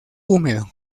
húmedo